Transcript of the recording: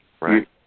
right